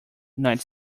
night